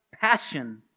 passion